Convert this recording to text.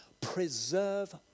Preserve